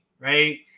right